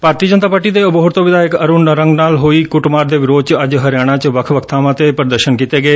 ਭਾਰਤੀ ਜਨਤਾ ਪਾਰਟੀ ਦੇ ਅਬੋਹਰ ਤੋ ਵਿਧਾਇਕ ਅਰੁਣ ਨਾਰੰਗ ਨਾਲ ਹੋਈ ਕੁੱਟਮਾਰ ਦੇ ਵਿਰੋਧ ਚ ਅੱਜ ਹਰਿਆਣਾ ਚ ਵੱਖ ਵੱਖ ਬਾਵਾਂ ਤੇ ਪ੍ਰਦਰਸ਼ਨ ਕੀਤੇ ਗਏ